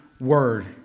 Word